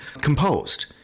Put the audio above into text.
composed